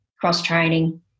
cross-training